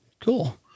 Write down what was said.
cool